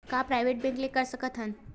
का private bank ले कर सकत हन?